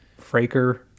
Fraker